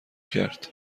کرد